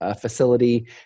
facility